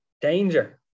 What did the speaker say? danger